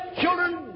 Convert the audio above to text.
children